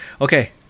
Okay